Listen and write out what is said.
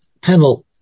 panel